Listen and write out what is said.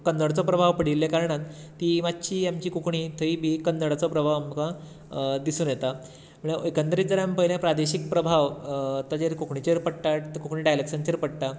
कन्नडचो प्रभाव पडिल्ले कारणान ती मातशी आमची कोंकणी थंय बी कन्नडाचो प्रभाव आमकां दिसून येता म्हळ्यार एकंदरीत जर आमी पळयलें प्रादेशीक प्रभाव ताचेर कोंकणीचेर पडटा आनी ते कोंकणी डायलेक्ट्सांचेर पडटा